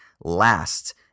last